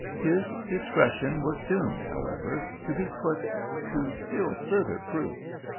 his discre tion was doomed, however, to be put to still further proofs.